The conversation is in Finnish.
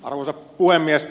arvoisa puhemies